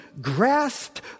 grasped